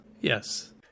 yes